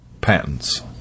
patents